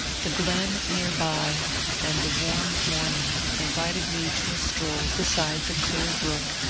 the glen near by and the warm morning in vited me to a stroll beside the clear brook,